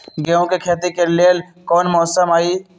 गेंहू के खेती के लेल कोन मौसम चाही अई?